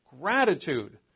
gratitude